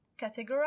categorize